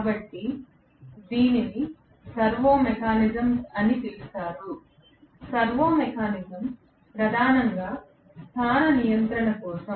కాబట్టి దీనిని servo mechanisms అని పిలుస్తారు సర్వో మెకానిజం ప్రధానంగా స్థాన నియంత్రణ కోసం